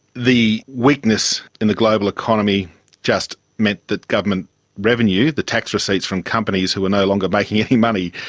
the weakness in the global economy just meant that government revenue, the tax receipts from companies who were no longer making any money,